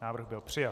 Návrh byl přijat.